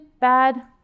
bad